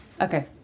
Okay